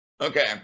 Okay